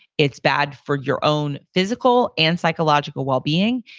it's bad for your own physical and psychological well-being.